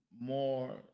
more